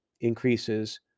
increases